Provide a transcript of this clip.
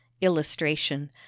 illustration